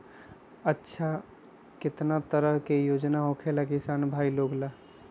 अच्छा कितना तरह के योजना होखेला किसान भाई लोग ला?